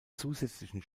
zusätzlichen